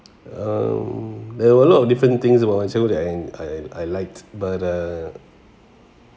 um there were a lot of different things about myself that and I I liked but uh